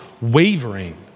wavering